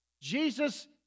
Jesus